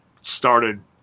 started